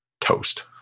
toast